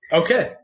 okay